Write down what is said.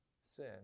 sin